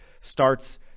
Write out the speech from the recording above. starts